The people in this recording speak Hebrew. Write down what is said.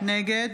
נגד